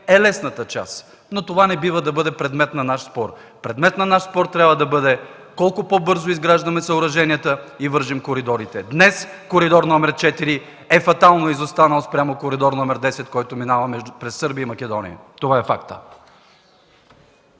е лесната част. Това обаче не бива да бъде предмет на наш спор. Предмет на наш спор трябва да бъде колко по-бързо изграждаме съоръженията и да вържем коридорите. Днес коридор № 4 е фатално изостанал спрямо коридор № 10, който минава през Сърбия и Македония. Това е фактът!